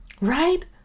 Right